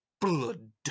Blood